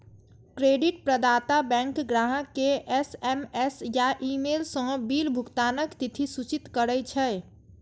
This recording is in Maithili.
क्रेडिट प्रदाता बैंक ग्राहक कें एस.एम.एस या ईमेल सं बिल भुगतानक तिथि सूचित करै छै